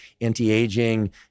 Anti-aging